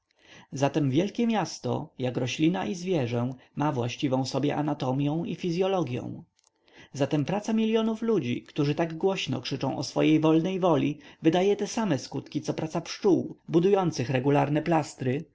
zatem wielkie miasto jak roślina i zwierzę ma właściwą sobie anatomią i fizyologią zatem praca milionów ludzi którzy tak głośno krzyczą o swojej wolnej woli wydaje te same skutki co praca pszczół budujących regularne plastry